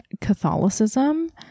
Catholicism